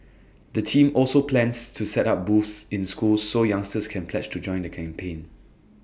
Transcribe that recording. the team also plans to set up booths in schools so youngsters can pledge to join the campaign